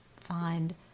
find